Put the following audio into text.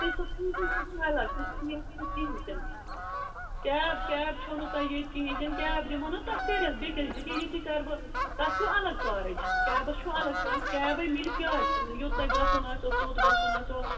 تہٕ سۅ چھِ الگ سُہ چھُنہٕ یتھ سٍتۍ کِہیٖنٛۍ تہِ نہٕ کیب کیب چھُو نہٕ تۄہہِ ییٚتہِ کِہیٖنٛۍ تہِ نہٕ کیب دِمو نا تۄہہِ کٔرِتھ بیٚکِس یہِ کیٛاہ ییٚتی کرٕ بہٕ تتھ چھُو الگ چارٕج کیبس چھُو الگ چارٕج کیبٕے میلہِ کیٛازِ یوٚت تۄہہِ گژھُن آسہِ توٚت گژھُن آسٮ۪و